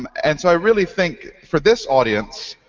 um and so i really think for this audience,